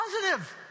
positive